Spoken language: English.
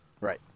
Right